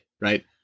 right